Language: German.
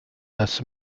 das